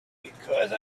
because